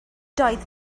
doedd